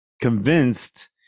convinced